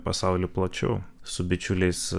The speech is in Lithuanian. pasauly plačiau su bičiuliais